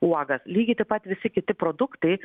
uogas lygiai taip pat visi kiti produktai